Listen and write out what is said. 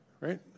right